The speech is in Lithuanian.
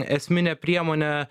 esmine priemone